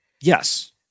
Yes